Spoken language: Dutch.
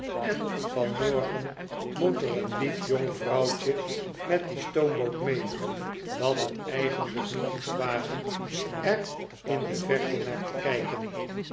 en vanmorgen moet er een lief jong vrpuwtje met die stoomboot mee dat het eigenlijk niet moest wagen er in de verte naar te kijken